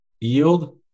yield